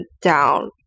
down